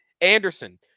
Anderson